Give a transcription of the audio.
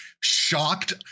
shocked